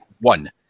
one